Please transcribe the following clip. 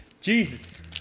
Jesus